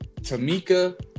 Tamika